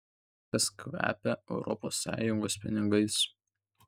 viskas kvepia europos sąjungos pinigais